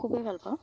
খুবেই ভল পাওঁ